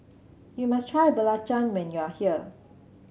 you must try belacan when you are here